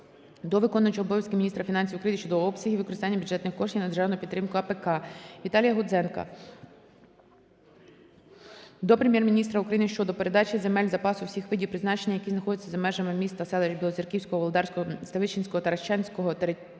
до виконувача обов'язків міністра фінансів України щодо обсягів використання бюджетних коштів на державну підтримку АПК. Віталія Гудзенка до Прем'єр-міністра України щодо передачі земель запасу усіх видів призначення, які знаходяться за межами міст та селищ Білоцерківського, Володарського, Ставищенського, Таращанського,